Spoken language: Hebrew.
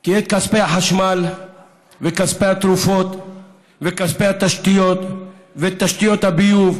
כי כספי החשמל וכספי התרופות וכספי התשתיות ותשתיות הביוב,